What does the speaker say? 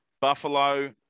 Buffalo